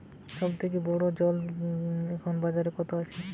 সব থেকে ভালো জল তোলা পাম্প এখন বাজারে কত আছে?